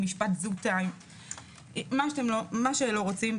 מה שלא רוצים.